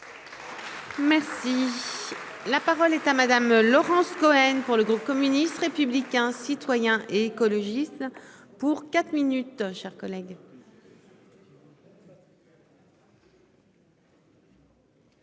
rejetons. La parole est à madame Laurence Cohen pour le groupe communiste République. Qui un citoyen et écologiste pour quatre minutes chers collègues.